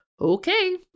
Okay